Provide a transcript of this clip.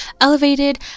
elevated